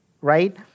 right